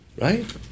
Right